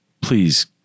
please